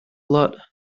lot